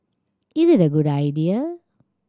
is it a good idea